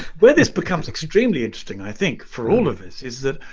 where this becomes extremely interesting i think for all of us is that,